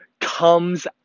comes